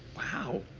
wow.